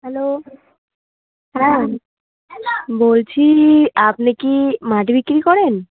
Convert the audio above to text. hello হ্যাঁ বলছি আপনি কি মাটি বিক্রি করেন